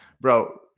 bro